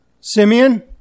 Simeon